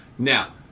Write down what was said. Now